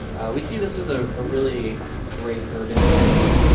we see this as a ah really great urban amenity,